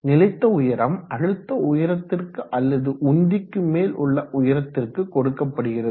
நிலைத்த உயரம் அழுத்த உயரத்திற்கு அல்லது உந்திக்கு மேல் உள்ள உயரத்திற்கு கொடுக்கப்படுகிறது